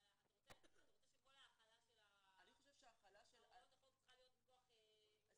אתה רוצה שכל ההחלה של הוראות החוק צריכה להיות מכוח הסכם,